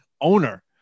owner